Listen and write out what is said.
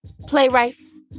playwrights